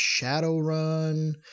Shadowrun